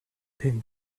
think